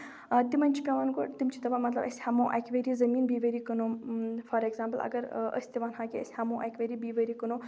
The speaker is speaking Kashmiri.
تِمن چھُ پیوان گۄڈٕ تِم چھِ دَپان مطلب أسۍ ہیمو اَکہِ ؤریہِ زٔمیٖن بیٚیہِ ؤریہِ کٕنو فار اٮ۪کزامپٕل اَگر أسۍ تہِ وَنہو کہِ أسۍ ہیمو اَکہِ ؤریہِ بیٚیہِ ؤریہِ کٕنو